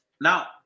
Now